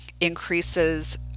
increases